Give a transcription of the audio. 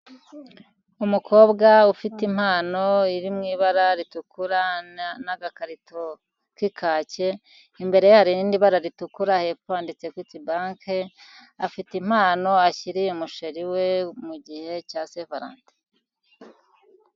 Umukobwa ufite impano iri mu ibara ritukura, n'agakarito k'ikake, imbere ya hari irindi barara ritukura, hepfo handitse Equity bank, afite impano ashyiriye umusheri we mu gihe cya sevalenti.